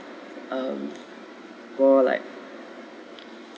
um more like